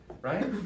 right